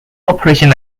operation